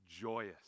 joyous